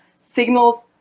signals